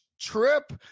trip